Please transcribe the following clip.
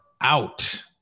out